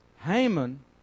Haman